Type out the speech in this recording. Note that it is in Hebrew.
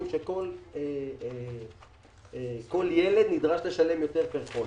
שכל ילד נדרש לשלם יותר עבור כל חודש.